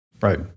right